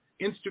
Instagram